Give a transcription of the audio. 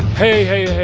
hey,